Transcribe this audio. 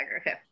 Okay